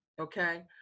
Okay